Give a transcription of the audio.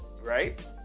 right